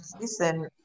listen